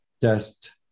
test